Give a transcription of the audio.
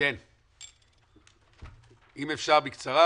אם אפשר בקצרה,